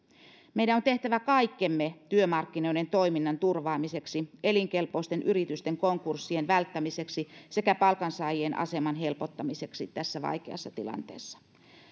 meidän on tehtävä kaikkemme työmarkkinoiden toiminnan turvaamiseksi elinkelpoisten yritysten konkurssien välttämiseksi sekä palkansaajien aseman helpottamiseksi tässä vaikeassa tilanteessa